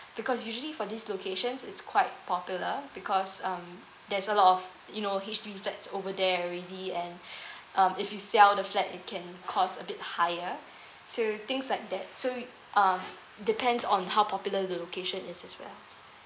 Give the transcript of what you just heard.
because usually for these locations it's quite popular because um there's a lot of you know H_D_B flats over there already and um if you sell the flat it can cost a bit higher so things like that so uh depends on how popular the location is as well